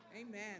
Amen